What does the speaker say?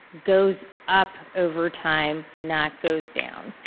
goes up over time, not goes down.